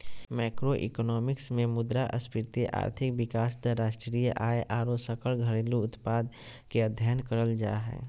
macroeconomics मे मुद्रास्फीति, आर्थिक विकास दर, राष्ट्रीय आय आरो सकल घरेलू उत्पाद के अध्ययन करल जा हय